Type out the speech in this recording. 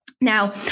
Now